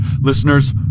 Listeners